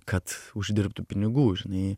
kad uždirbtų pinigų žinai